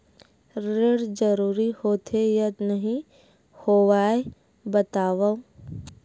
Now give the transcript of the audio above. ऋण जरूरी होथे या नहीं होवाए बतावव?